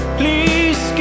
please